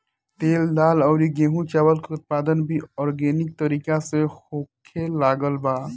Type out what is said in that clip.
तेल, दाल अउरी गेंहू चावल के उत्पादन भी आर्गेनिक तरीका से होखे लागल बा